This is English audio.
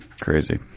crazy